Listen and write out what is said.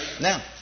Now